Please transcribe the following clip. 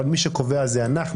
אבל מי שקובע זה אנחנו,